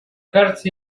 кажется